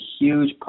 huge